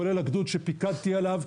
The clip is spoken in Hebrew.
כולל הגדוד שפיקדתי עליו,